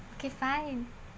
okay fine